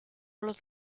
los